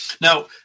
Now